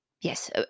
Yes